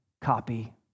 copy